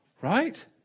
Right